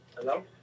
Hello